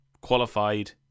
qualified